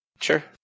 Sure